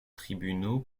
tribunaux